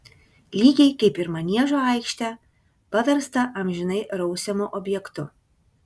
lygiai kaip ir maniežo aikštę paverstą amžinai rausiamu objektu